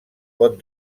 pot